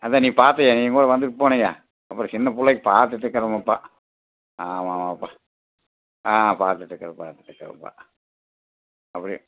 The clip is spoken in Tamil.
அதுதான் நீ பார்த்தியே நீ கூட வந்துட்டு போனியே அப்புறம் சின்ன பிள்ளைக்கு பார்த்துட்டு இருக்கிறோமப்பா ஆமாம் ஆமாப்பா ஆ பார்த்துட்டு இருக்கிறேன் பார்த்துட்டு இருக்கிறேப்பா அப்படி